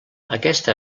aquesta